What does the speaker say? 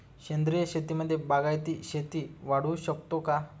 सेंद्रिय शेतीमध्ये बागायती शेती वाढवू शकतो का?